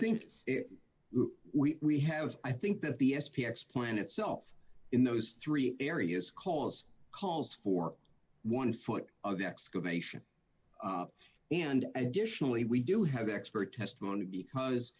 think we have i think that the s p x plan itself in those three areas cause calls for one foot of exclamation and additionally we do have expert testimony because